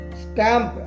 stamp